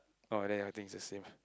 oh then ya I think it's the same